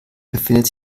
befindet